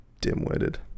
dim-witted